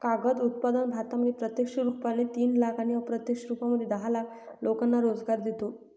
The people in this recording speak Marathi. कागद उत्पादन भारतामध्ये प्रत्यक्ष रुपाने तीन लाख आणि अप्रत्यक्ष रूपामध्ये दहा लाख लोकांना रोजगार देतो